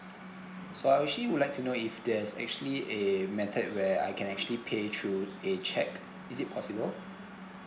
so I actually would like to know if there's actually a method where I can actually pay through a cheque is it possible